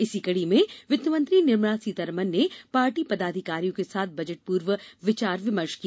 इसी कड़ी में वित्त मंत्री निर्मला सीतारामन ने पार्टी पदाधिकारियों के साथ बजट पूर्व विचार विमर्श किया